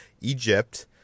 egypt